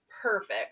perfect